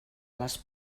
les